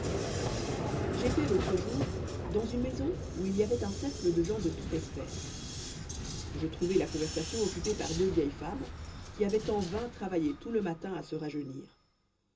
étois l'autre jour dans une maison où il y avoit un cercle de gens de toute espèce je trouvai la conversation occupée par deux vieilles femmes qui avoient en vain travaillé tout le matin à se rajeunir